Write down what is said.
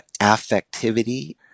affectivity